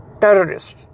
terrorists